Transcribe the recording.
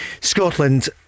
Scotland